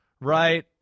right